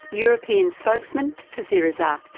european spokesperson for syriza,